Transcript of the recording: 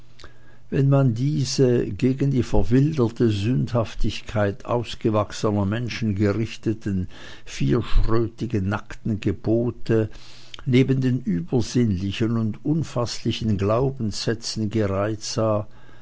wenn man diese gegen die verwilderte sündhaftigkeit ausgewachsener menschen gerichteten vierschrötigen nackten gebote neben den übersinnlichen und unfaßlichen glaubenssätzen gereiht sah